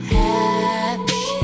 happy